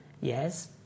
Yes